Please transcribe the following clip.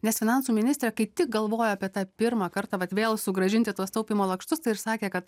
nes finansų ministrė kaip tik galvoja apie tą pirmą kartą vat vėl sugrąžinti tuos taupymo lakštus tai ir sakė kad